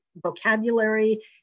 vocabulary